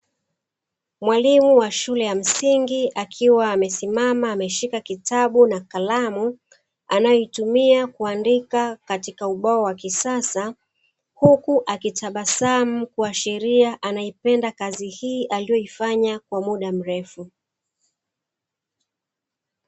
Mwalimu wa shule ya msingi akiwa amesimama ameshika kitabu na kalamu anayoitumia kuandika katika ubao wa kisasa huku akitabasamu akiashiria anaipenda kazi hii anayoifanya kwa muda mrefu.